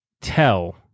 tell